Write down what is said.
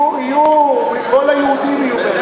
כל היהודים יהיו,